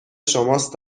شماست